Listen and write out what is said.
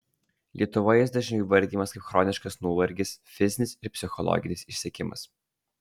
lietuvoje jis dažniau įvardijamas kaip chroniškas nuovargis fizinis ir psichologinis išsekimas